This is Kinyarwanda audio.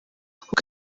kuko